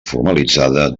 formalitzada